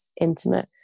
intimate